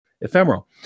ephemeral